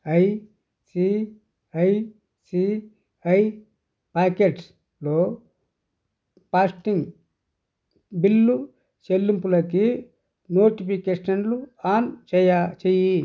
ICICI ప్యాకెట్స్లో ఫాస్టింగ్ bill చెల్లింపులకి నోటిఫికేషన్లు ఆన్ చేయ చెయ్యి